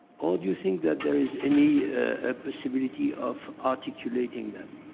or do you think that there is any possibility of articulating them?